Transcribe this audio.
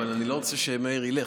אבל אני לא רוצה שמאיר ילך,